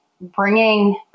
bringing